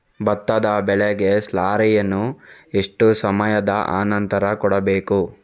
ಭತ್ತದ ಬೆಳೆಗೆ ಸ್ಲಾರಿಯನು ಎಷ್ಟು ಸಮಯದ ಆನಂತರ ಕೊಡಬೇಕು?